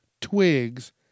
twigs